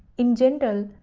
in general,